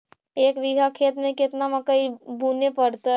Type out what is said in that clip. एक बिघा खेत में केतना मकई बुने पड़तै?